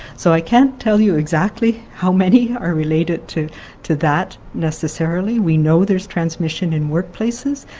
so i can't tell you exactly how many are related to to that necessarily. we know there is transmission in workplaces.